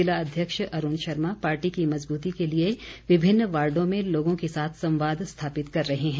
जिला अध्यक्ष अरूण शर्मा पार्टी की मजबूती के लिए विभिन्न वार्डो में लोगों के साथ संवाद स्थापित कर रहे हैं